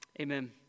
Amen